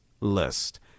list